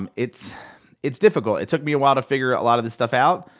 um it's it's difficult, it took me a while to figure a lot of this stuff out.